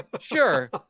Sure